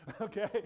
okay